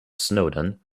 snowdon